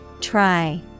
Try